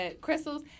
Crystal's